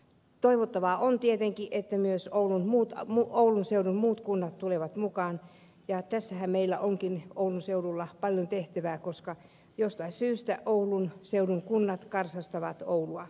toivottavaa on tietenkin että myös oulun seudun muut kunnat tulevat mukaan ja tässähän meillä onkin oulun seudulla paljon tehtävää koska jostain syystä oulun seudun kunnat karsastavat oulua